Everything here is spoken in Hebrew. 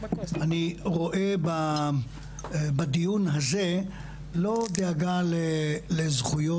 אני רואה בדיון הזה לא רק דאגה לזכויות,